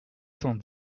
cent